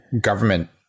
government